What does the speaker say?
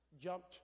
jumped